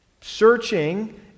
Searching